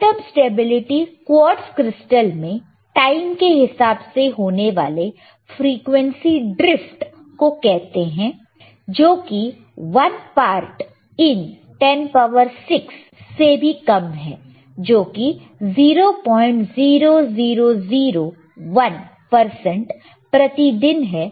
short term stability quartz crystal में time के हिसाब से होने वाले फ्रीक्वेंसी ड्रिफ्ट को कहते हैं जोकि 1 part in 106 से भी कम है जो कि 00001 प्रतिदिन है